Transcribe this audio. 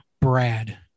Brad